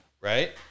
right